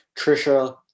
Trisha